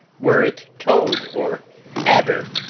were it toad, or adder,